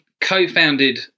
co-founded